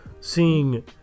seeing